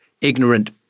ignorant